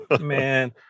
Man